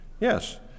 Yes